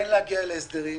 כן להגיע להסדרים.